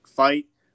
fight